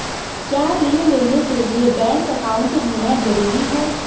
क्या ऋण लेने के लिए बैंक अकाउंट होना ज़रूरी है?